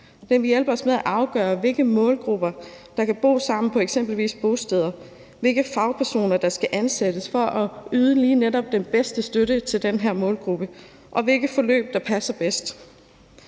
vil hjælpe os med afgøre, hvilke målgrupper der kan bo sammen på eksempelvis bosteder, hvilke fagpersoner der skal ansættes for at yde den bedste støtte til den pågældende målgruppe, og hvilke forløb der passer bedst.